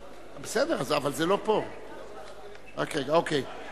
בעד, אין מתנגדים, אין נמנעים.